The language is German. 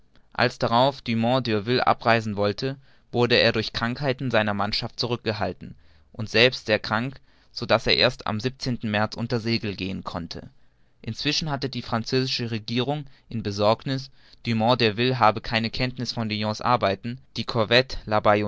als darauf dumont d'urville abreisen wollte wurde er durch krankheiten seiner mannschaft zurückgehalten und selbst sehr krank so daß er erst am märz unter segel gehen konnte inzwischen hatte die französische regierung in besorgniß dumont d'urville habe keine kenntniß von dillon's arbeiten die corvette